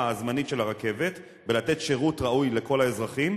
הזמנית של הרכבת ולתת שירות ראוי לכל האזרחים,